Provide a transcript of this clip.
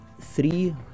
three